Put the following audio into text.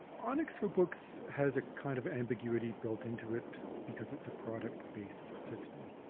onix for books has a kind of ambiguity built into it because it's a product-based system.